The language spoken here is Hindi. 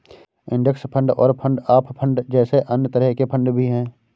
इंडेक्स फंड और फंड ऑफ फंड जैसे अन्य तरह के फण्ड भी हैं